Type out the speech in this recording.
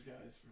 guys